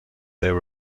there